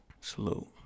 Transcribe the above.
Salute